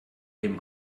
dem